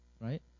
right